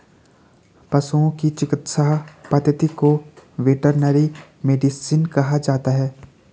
पशुओं की चिकित्सा पद्धति को वेटरनरी मेडिसिन कहा जाता है